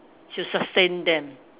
to sustain them